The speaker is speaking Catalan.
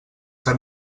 que